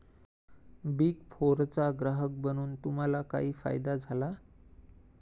Big फोरचा ग्राहक बनून तुम्हाला काही फायदा झाला?